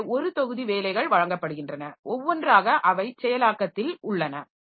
எனவே ஒரு தொகுதி வேலைகள் வழங்கப்படுகின்றன ஒவ்வொன்றாக அவை செயலாக்கத்தில் உள்ளன